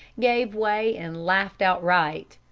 gave way and laughed outright.